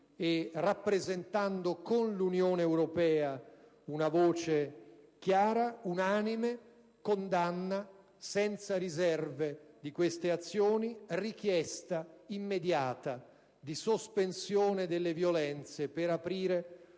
e rappresentando con l'Unione europea una voce chiara e unanime: condanna senza riserve di queste azioni, richiesta immediata di sospensione delle violenze per aprire